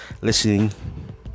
listening